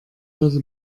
hörte